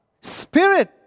Spirit